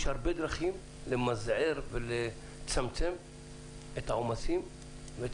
יש הרבה דרכים למזער ולצמצם את העומסים ואת